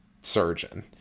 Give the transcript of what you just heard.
surgeon